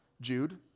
Jude